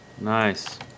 Nice